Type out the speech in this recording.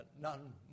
none